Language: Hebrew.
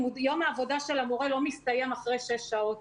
העבודה של המורה לא מסתיים אחרי שש שעות,